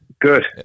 Good